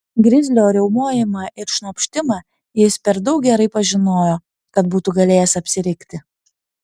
grizlio riaumojimą ir šnopštimą jis per daug gerai pažinojo kad būtų galėjęs apsirikti